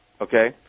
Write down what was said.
okay